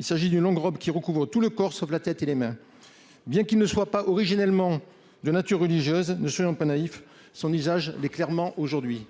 s'agit-il ? D'une longue robe, qui recouvre tout le corps sauf la tête et les mains. Bien que ce vêtement ne soit pas originellement de nature religieuse, ne soyons pas naïfs, son usage l'est clairement aujourd'hui.